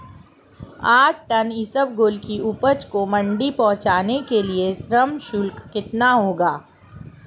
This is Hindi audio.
आठ टन इसबगोल की उपज को मंडी पहुंचाने के लिए श्रम शुल्क कितना होगा?